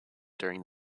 during